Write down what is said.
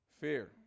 Fear